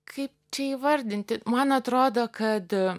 kaip čia įvardinti man atrodo kad